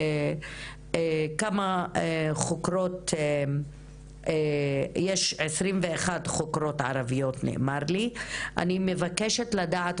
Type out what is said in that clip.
כמה חוקרות מתוך 21 החוקרות הערביות ישנן בתחנות